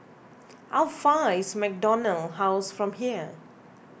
how far away is MacDonald House from here